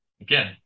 again